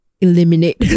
eliminate